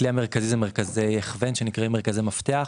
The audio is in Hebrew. הכלי המרכזי הוא מרכזי הכוון שנקראים מרכזי מפתח.